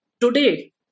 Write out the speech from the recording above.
today